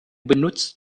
benutzt